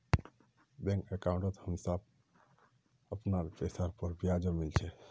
बैंकत अंकाउट हमसाक अपनार पैसार पर ब्याजो मिल छेक